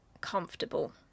comfortable